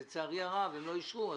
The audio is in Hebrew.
לצערי הרב הם לא אישרו,